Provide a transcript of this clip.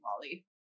Wally